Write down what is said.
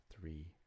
three